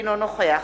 אינו נוכח